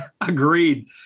agreed